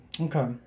okay